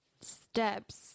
steps